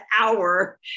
hour